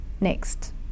next